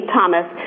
Thomas